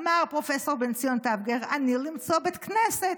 אמר פרופ' בן ציון טבגר: אני למצוא בית כנסת.